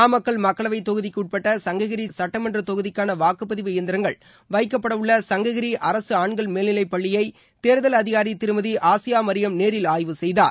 நாமக்கல் மக்களவைத் தொகுதிக்கு உட்பட்ட சங்ககிரி சுட்டமன்றத் தொகுதிக்கான வாக்குப்பதிவு எந்திரங்கள் வைக்கப்பட உள்ள சங்ககிரி அரசு ஆண்கள் மேல்நிலைப் பள்ளியை தேர்தல் அதிகாரி திருமதி ஆசியா மரியம் நேரில் ஆய்வு செய்தார்